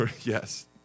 Yes